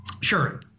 Sure